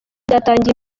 ryatangiye